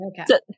Okay